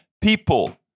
people